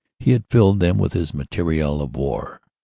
he had filled them with his material of war.